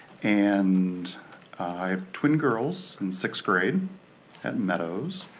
and i have twin girls in sixth grade at meadows.